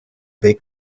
big